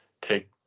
take